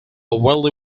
wealthy